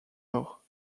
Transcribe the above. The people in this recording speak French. nord